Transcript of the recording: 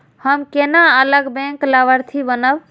हम केना अलग बैंक लाभार्थी बनब?